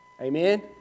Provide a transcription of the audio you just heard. Amen